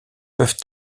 peuvent